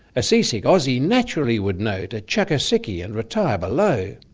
a seasick aussie naturally would know to chuck a sickie and retire below.